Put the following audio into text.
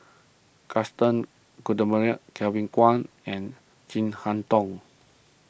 Gaston Kevin Kwan and Chin Harn Tong